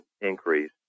increase